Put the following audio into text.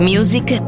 Music